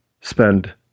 spend